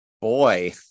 boy